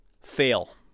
fail